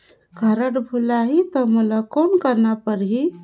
Card भुलाही ता मोला कौन करना परही?